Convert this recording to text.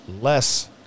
less